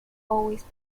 always